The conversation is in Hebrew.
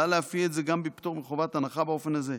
להביא את זה גם בפטור מחובת הנחה באופן הזה,